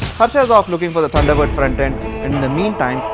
harsha is off looking for the thunderbird front end. and in the meantime,